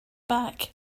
back